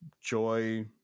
joy